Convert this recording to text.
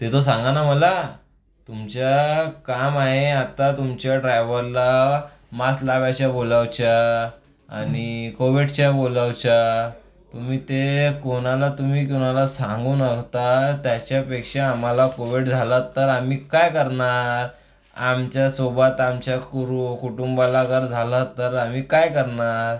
ते तो सांगा ना मला तुमच्या काम आहे आता तुमच्या ड्रायवरला मास्क लावायच्या बोलावच्या आणि कोविडच्या बोलावच्या तुम्ही ते कोणाला तुम्ही कोणाला सांगून अहता त्याच्यापेक्षा आम्हाला कोविड झाला तर आम्ही काय करणार आमच्यासोबत आमच्या कुरु कुटुंबाला गर झाले तर आम्ही काय करणार